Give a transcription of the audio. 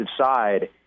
side –